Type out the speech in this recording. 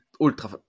ultra